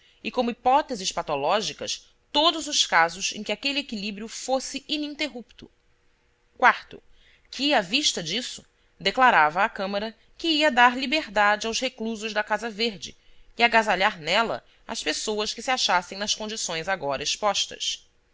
e como hipóteses patológicas todos os casos em que aquele equilíbrio fosse ininterrupto e que à vista disso declarava à câmara que ia dar liberdade aos reclusos da casa verde e agasalhar nela as pessoas que se achassem nas condições agora expostas